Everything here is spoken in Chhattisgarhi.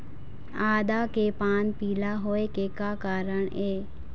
आदा के पान पिला होय के का कारण ये?